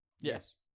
Yes